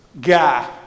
guy